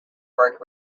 work